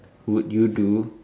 would you do